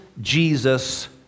Jesus